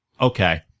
okay